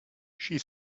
she